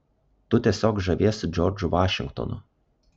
tu tiesiog žaviesi džordžu vašingtonu